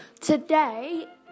Today